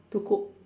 to cook